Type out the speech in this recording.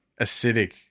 Acidic